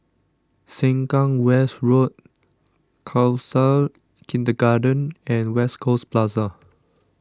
Sengkang West Road Khalsa Kindergarten and West Coast Plaza